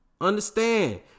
Understand